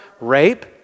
rape